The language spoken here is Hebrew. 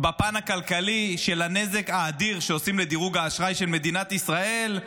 בפן הכלכלי של הנזק האדיר שעושים לדירוג האשראי של מדינת ישראל,